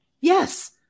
yes